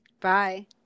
bye